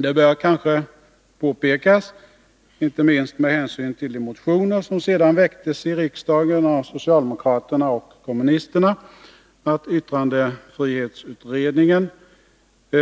Det bör kanske påpekas — inte minst med hänsyn till de motioner som sedan väcktes i riksdagen av socialdemokraterna och kommunisterna — att yttrandefrihetsutredningen,